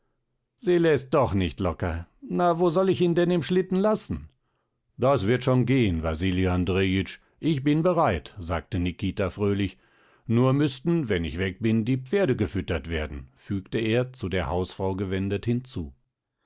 sie läßt doch nicht locker na wo soll ich ihn denn im schlitten lassen das wird schon gehn wasili andrejitsch ich bin bereit sagte nikita fröhlich nur müßten wenn ich weg bin die pferde gefüttert werden fügte er zu der hausfrau gewendet hinzu